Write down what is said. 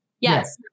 Yes